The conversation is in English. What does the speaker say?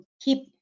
keep